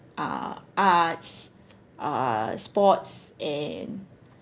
uh arts uh sports and